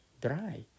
dry